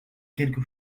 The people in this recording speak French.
quelque